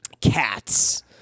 cats